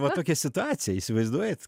va tokia situacija įsivaizduojat